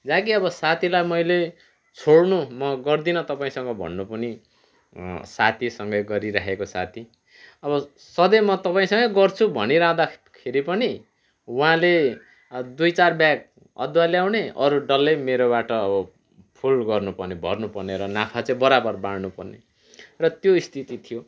जहाँ कि अब साथीलाई मैले छोड्नु म गर्दिनँ तपाईँसँग भन्नु पनि साथीसँगै गरिरहेको साथी अब सधैँ म तपाईँसँगै गर्छु भनिरहँदाखेरि पनि उहाँले दुई चार ब्याग अदुवा ल्याउने अरू डल्लै मेरोबाट फुल गर्नु पर्ने र भर्नु पर्ने नाफा चाहिँ बराबर बाढ्नु पर्ने र त्यो स्थिति थियो